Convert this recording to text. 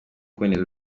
kuboneza